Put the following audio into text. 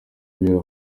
ibibera